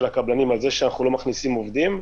הקבלנים על זה שאנחנו לא מכניסים עובדים,